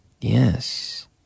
Yes